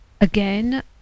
again